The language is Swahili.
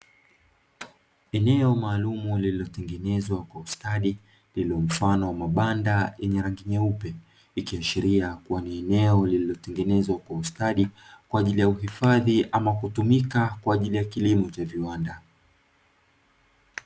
Eneo maalumu lilitengenezwa kwa ustadi, lililo mfano wa mabanda yenye rangi nyeupe, ikiashiria kuwa ni eneo lililotengenezwa kwa ustadi, kwa ajili ya uhifadhi ama kutumika kwa ajili ya kilimo cha viwanda.